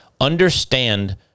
Understand